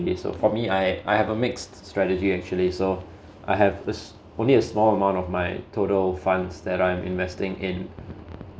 so for me I I have a mixed strategy actually so I have this only a small amount of my total funds that I'm investing in